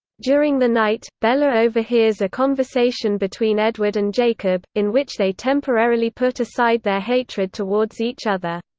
during the night, bella overhears a conversation between edward and jacob, in which they temporarily put aside their hatred towards each other.